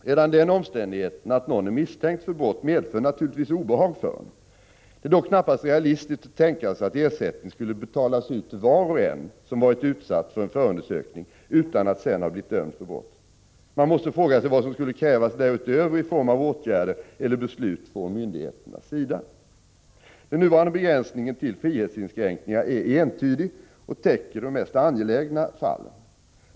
Redan den omständigheten att någon är misstänkt för brott medför naturligtvis obehag för honom. Det är dock knappast realistiskt att tänka sig att ersättning skulle betalas ut till var och en som varit utsatt för en förundersökning utan att sedan ha blivit dömd för brott. Man måste fråga sig vad som skulle krävas därutöver i form av åtgärder eller beslut från myndigheternas sida. Den nuvarande begränsningen till frihetsinskränkningar är entydig och täcker de mest angelägna fallen.